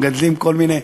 מגדלים כל מיני,